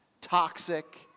Toxic